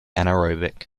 anaerobic